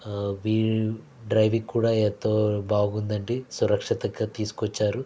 మీ driving కూడా ఎంతో బాగుందండి సురక్షితంగా తీసుకొచ్చారు